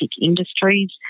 industries